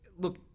look